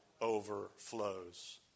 overflows